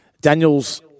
Daniels